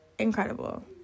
incredible